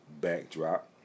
backdrop